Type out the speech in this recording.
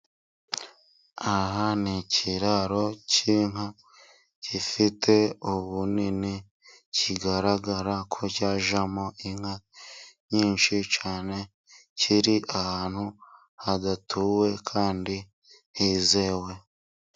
Aha ni ikiraro cy'inka gifite ubunini, kigaragara ko cyajyamo inka nyinshi cyane, kiri ahantu hadatuwe kandi hizewe.